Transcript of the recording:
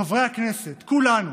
חברי הכנסת, כולנו,